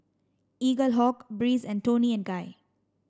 Eaglehawk Breeze and Toni and Guy